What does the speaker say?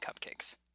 cupcakes